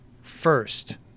first